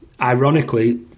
ironically